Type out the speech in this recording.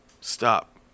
Stop